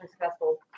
successful